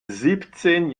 siebzehn